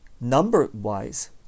number-wise